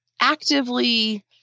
actively